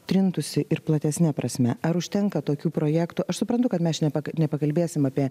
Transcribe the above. trintųsi ir platesne prasme ar užtenka tokių projektų aš suprantu kad mes ne nepakalbėsime apie